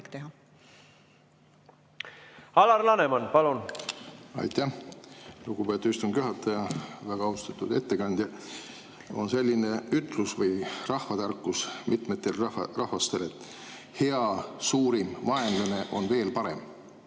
Alar Laneman, palun! Aitäh, lugupeetud istungi juhataja! Väga austatud ettekandja! On selline ütlus või rahvatarkus mitmetel rahvastel, et hea suurim vaenlane on veel parem.